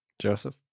Joseph